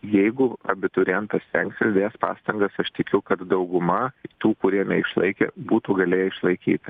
jeigu abiturientas stengsis dės pastangas aš tikiu kad dauguma tų kurie neišlaikė būtų galėję išlaikyti